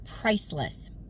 priceless